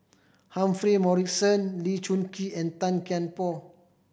Humphrey Morrison Burkill Lee Choon Kee and Tan Kian Por